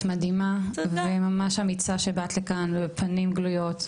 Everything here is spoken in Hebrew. את מדהימה וממש אמיצה שבאת לכאן, בפנים גלויות.